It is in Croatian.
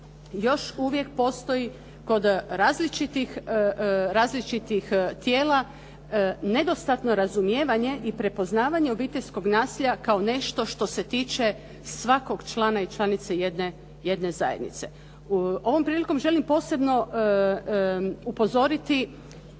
još uvijek postoji kod različitih tijela nedostatno razumijevanje i prepoznavanje obiteljskog nasilja kao nešto što se tiče svakog člana i članice jedne zajednice. Ovom prilikom želim posebno upozoriti,